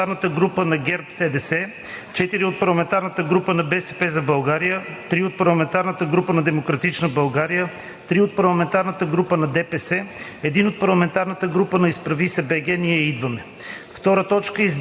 6 от парламентарната група на ГЕРБ-СДС, 4 от парламентарната група на „БСП за България“, 3 от парламентарната група на „Демократична България“, 3 от парламентарната група на „Движение за права и свободи“, 1 от парламентарната група на „Изправи се, БГ! Ние идваме!“.